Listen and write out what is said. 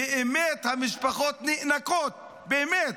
באמת המשפחות נאנקות, באמת